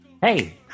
hey